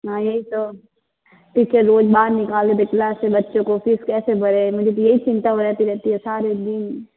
हाँ यही तो टीचर रोज बाहर निकाल देते क्लास से बच्चों को फीस कैसे भरे मुझे चिंता रहती है सारे दिन